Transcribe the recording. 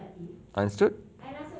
understood